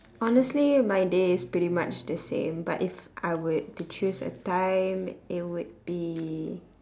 honestly my day is pretty much the same but if I would to choose a time it would be